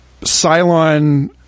Cylon